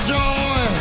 joy